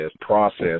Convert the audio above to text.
process